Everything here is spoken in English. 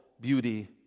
beauty